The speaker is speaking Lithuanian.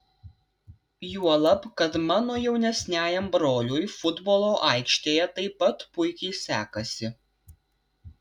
juolab kad mano jaunesniajam broliui futbolo aikštėje taip pat puikiai sekasi